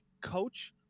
coach